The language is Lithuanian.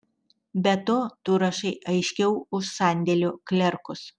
be to tu rašai aiškiau už sandėlio klerkus